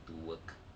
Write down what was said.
to work